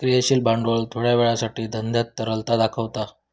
क्रियाशील भांडवल थोड्या वेळासाठी धंद्यात तरलता दाखवता